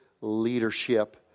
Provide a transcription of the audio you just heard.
leadership